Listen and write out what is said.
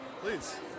Please